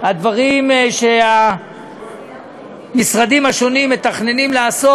הדברים שהמשרדים מתכננים לעשות,